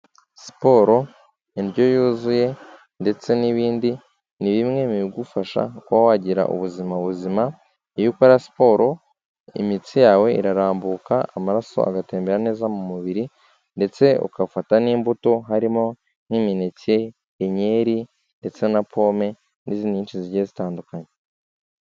Siporo, indyo yuzuye ndetse n'ibindi, ni bimwe mu bigufasha kuba wagira ubuzima buzima, iyo ukora siporo imitsi yawe irarambuka amaraso agatembera neza mu mubiri ndetse ugafata n'imbuto harimo n'imineke, inkeri ndetse na pome n'izindi nyinshi zigiye zitandukanye.